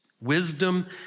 wisdom